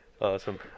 awesome